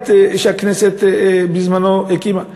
פרלמנטרית שהכנסת בזמנו הקימה.